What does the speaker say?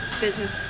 business